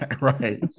Right